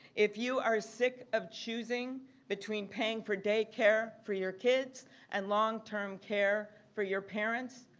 if you are sick of choosing between paying for daycare for your kids and long term care for your parents,